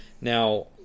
Now